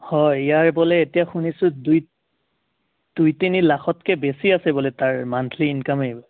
হয় ইয়াৰ বোলে এতিয়া শুনিছোঁ দুই দুই তিনি লাখতকৈ বেছি আছে বোলে তাৰ মান্থলি ইনকামেই